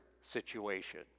situation